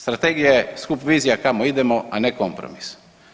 Strategija je skup vizija kamo idemo, a ne kompromis.